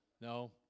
No